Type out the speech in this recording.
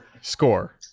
score